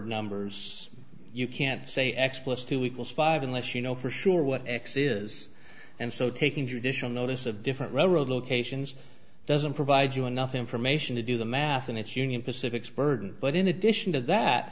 numbers you can't say x plus two equals five unless you know for sure what x is and so taking judicial notice of different railroad locations doesn't provide you enough information to do the math and it's union pacific suburban but in addition to that